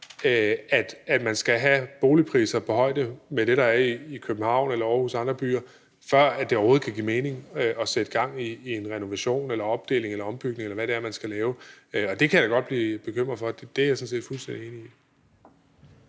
at man skal have boligpriser, der er på højde med det, der er i København eller Aarhus og andre byer, før det overhovedet kan give mening at sætte gang i en renovation eller opdeling eller ombygning, eller hvad det er, man skal lave, og det kan jeg da godt blive bekymret for. Det er jeg sådan set fuldstændig enig i.